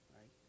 Right